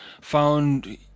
found